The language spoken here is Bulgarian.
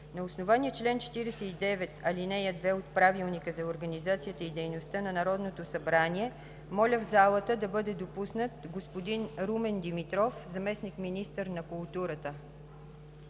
на основание чл. 49, ал. 2 от Правилника за организацията и дейността на Народното събрание моля в залата да бъде допуснат господин Румен Димитров – заместник-министър на културата.